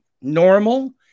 normal